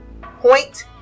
Point